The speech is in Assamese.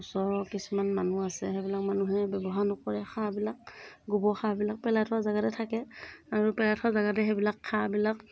ওচৰৰ কিছুমান মানুহ আছে সেইবিলাক মানুহে ব্য়ৱহাৰ নকৰে সাৰবিলাক গোবৰ সাৰবিলাক পেলাই থোৱা জেগাতে থাকে আৰু পেলাই থোৱা জেগাতে সেইবিলাক সাৰবিলাক